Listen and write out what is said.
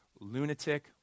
lunatic